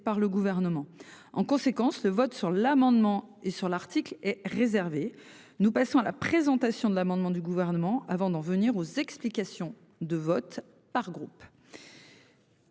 par le gouvernement en conséquence le vote sur l'amendement et sur l'article est réservé. Nous passons à la présentation de l'amendement du gouvernement avant d'en venir aux explications de vote par groupe.